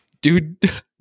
Dude